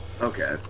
Okay